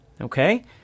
okay